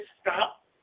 stop